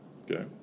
Okay